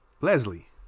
Leslie